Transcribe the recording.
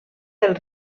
del